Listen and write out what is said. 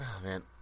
man